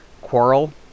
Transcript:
quarrel